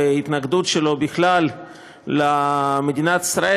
התנגדות שלו בכלל למדינת ישראל,